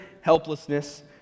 helplessness